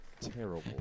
Terrible